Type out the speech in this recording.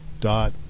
dot